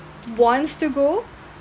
wants to go